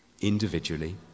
Individually